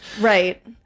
right